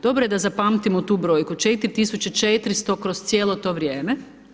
Dobro je da zapamtimo tu brojku 4.400 kroz cijelo to vrijeme.